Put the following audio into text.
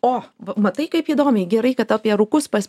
o va matai kaip įdomiai gerai kad apie rūkus pas